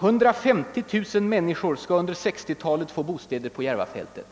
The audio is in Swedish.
150 000 människor skall under 60-talet få bostäder på Järvafältet.